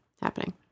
happening